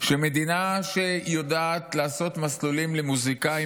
מדינה שיודעת לעשות מסלולים למוזיקאים